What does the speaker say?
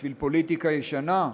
בשביל פוליטיקה ישנה?